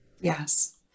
Yes